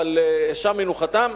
אבל שם מנוחתם.